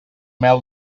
mel